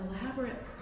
elaborate